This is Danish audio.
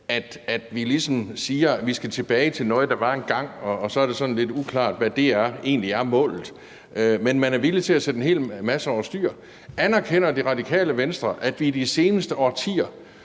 at vi ligesom siger, at vi skal tilbage til noget, der var engang, og så er det sådan lidt uklart, hvad målet egentlig er. Men man er villig til at sætte en hel masse over styr. Anerkender Radikale Venstre, at vi i de seneste årtier